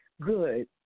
good